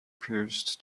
pierced